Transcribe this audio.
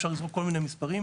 אפשר לזרוק כל מיני מספרים,